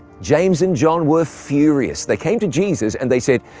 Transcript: james and john were furious. they came to jesus and they said,